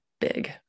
big